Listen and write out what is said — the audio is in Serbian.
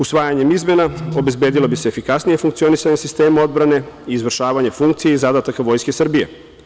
Usvajanjem izmena obezbedilo bi se efikasnije funkcionisanje sistema odbrane, izvršavanje funkcije i zadataka Vojske Srbije.